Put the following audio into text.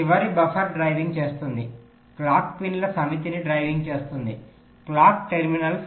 చివరి buffer driving చేస్తుంది clock పిన్ల సమితిని డ్రైవింగ్ చేస్తుంది క్లాక్ టెర్మినల్స్